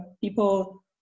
people